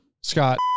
Scott